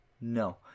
No